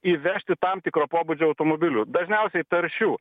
įvežti tam tikro pobūdžio automobilių dažniausiai taršių